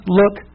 look